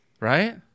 right